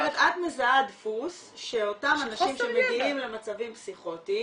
זאת אומרת את מזהה דפוס שאותם אנשים שמגיעים למצבים פסיכוטיים